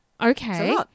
Okay